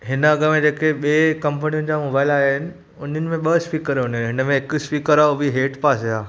हिन अघ में जेके ॿिए कंपनियुनि जा मोबाइल आहियां आहिनि उन्हनि मां ॿ स्पीकर हूंदा आहिनि हिन में हिकु स्पीकर आहे उहो बि हेठि पासे आहे